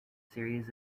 series